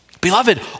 Beloved